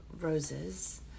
roses